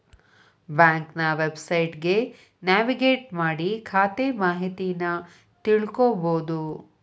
ಬ್ಯಾಂಕ್ನ ವೆಬ್ಸೈಟ್ಗಿ ನ್ಯಾವಿಗೇಟ್ ಮಾಡಿ ಖಾತೆ ಮಾಹಿತಿನಾ ತಿಳ್ಕೋಬೋದು